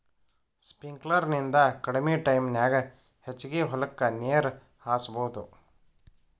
sprinkler ನಿಂದ ಕಡಮಿ ಟೈಮನ್ಯಾಗ ಹೆಚಗಿ ಹೊಲಕ್ಕ ನೇರ ಹಾಸಬಹುದು